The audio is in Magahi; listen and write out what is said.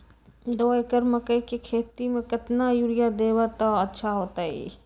दो एकड़ मकई के खेती म केतना यूरिया देब त अच्छा होतई?